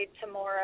tomorrow